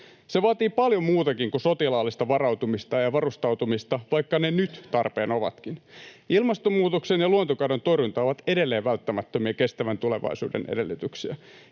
Se vaatii paljon muutakin kuin sotilaallista varautumista ja varustautumista, vaikka ne nyt tarpeen ovatkin. Ilmastonmuutoksen ja luontokadon torjunta ovat edelleen välttämättömiä kestävän tulevaisuuden edellytyksiä.